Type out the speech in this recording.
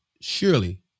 surely